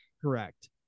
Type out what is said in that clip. Correct